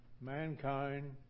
mankind